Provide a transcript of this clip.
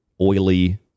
oily